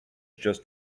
just